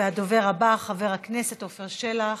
הדובר הבא, חבר הכנסת עפר שלח,